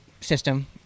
system